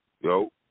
yo